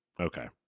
Okay